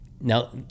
now